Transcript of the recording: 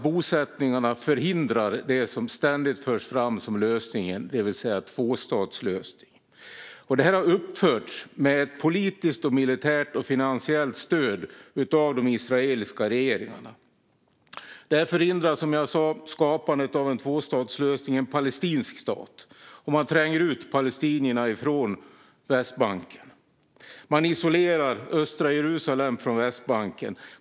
Bosättningarna förhindrar det som ständigt förs fram som lösningen, det vill säga en tvåstatslösning. Bosättningarna har uppförts med politiskt, militärt och finansiellt stöd av de israeliska regeringarna. De förhindrar, som jag sa, skapandet av en tvåstatslösning, med en palestinsk stat. Man tränger ut palestinierna från Västbanken. Man isolerar östra Jerusalem från Västbanken.